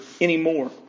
anymore